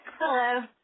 Hello